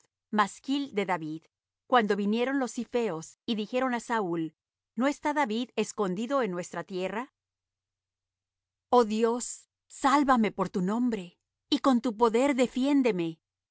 masquil de david cuando vinieron los zipheos y dijeron á saúl no está david escondido en nuestra tierrra oh dios sálvame por tu nombre y con tu poder defiéndeme